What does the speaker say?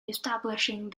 establishing